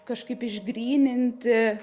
kažkaip išgryninti